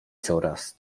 coraz